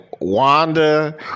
Wanda